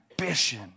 ambition